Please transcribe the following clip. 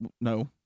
no